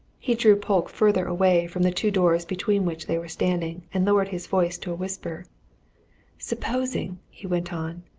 he drew polke further away from the two doors between which they were standing, and lowered his voice to a whisper supposing, he went on,